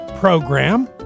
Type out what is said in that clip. Program